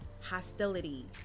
hostility